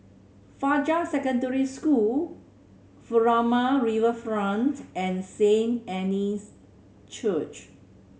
Fajar Secondary School Furama Riverfront and Saint Anne's Church